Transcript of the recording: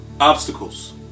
obstacles